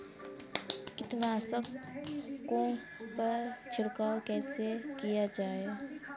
कीटनाशकों पर छिड़काव कैसे किया जाए?